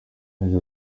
yagize